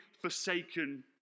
forsaken